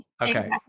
Okay